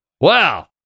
wow